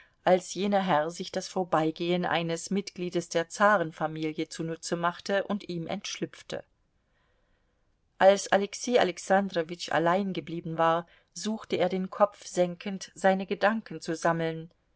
als jener herr sich das vorbeigehen eines mitgliedes der zarenfamilie zunutze machte und ihm entschlüpfte als alexei alexandrowitsch allein geblieben war suchte er den kopf senkend seine gedanken zu sammeln